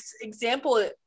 example